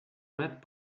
red